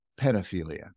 pedophilia